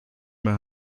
mehr